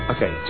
Okay